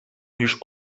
niż